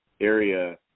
area